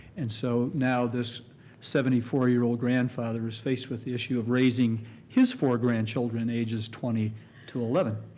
and so now this seventy four year old grandfather is faced with the issue of raising his four grandchildren, ages twenty to eleven.